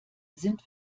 sind